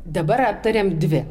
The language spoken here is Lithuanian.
dabar aptarėm dvi